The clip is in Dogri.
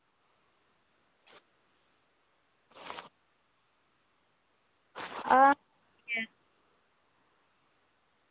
आं